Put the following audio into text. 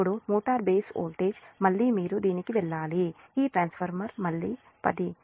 ఇప్పుడు motor base voltage మళ్ళీ మీరు దీనికి వెళ్ళాలి ఈ ట్రాన్స్ఫార్మర్ మళ్ళీ కుడి 10